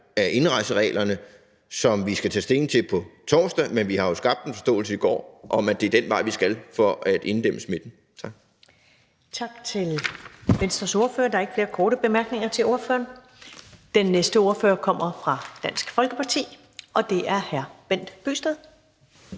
af indrejsereglerne, som vi skal tage stilling til på torsdag. Men vi har jo i går skabt en forståelse om, at det er den vej, vi skal gå for at inddæmme smitten. Tak.